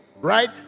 right